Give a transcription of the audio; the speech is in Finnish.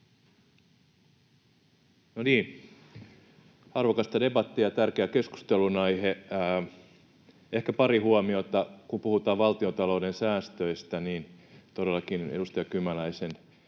arvokasta debattia. Tärkeä keskustelunaihe, ehkä pari huomiota. Kun puhutaan valtiontalouden säästöistä, niin todellakin edustaja Kymäläisen